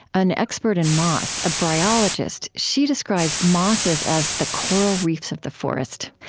an expert in moss a bryologist she describes mosses as the coral reefs of the forest.